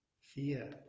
Fear